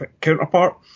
counterpart